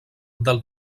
del